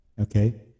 okay